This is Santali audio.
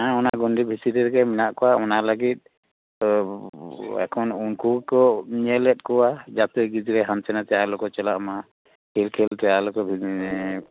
ᱦᱮᱸ ᱚᱱᱟ ᱜᱚᱱᱰᱤ ᱵᱷᱤᱛᱨᱤ ᱨᱮᱜᱮ ᱢᱮᱱᱟᱜ ᱠᱚᱣᱟ ᱚᱱᱟ ᱞᱟᱹᱜᱤᱫ ᱮᱠᱷᱚᱱ ᱩᱱᱠᱩ ᱜᱮᱠᱚ ᱧᱮᱞᱮᱫ ᱠᱚᱣᱟ ᱡᱟᱛᱮ ᱜᱤᱫᱽᱨᱟᱹ ᱦᱟᱱᱛᱮ ᱱᱟᱛᱮ ᱟᱞᱚᱠ ᱪᱟᱞᱟᱜ ᱢᱟ ᱠᱷᱮᱞ ᱠᱷᱮᱞ ᱛᱮ ᱟᱞᱚᱠᱚ